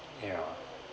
yeah